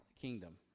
kingdom